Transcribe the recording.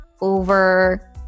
over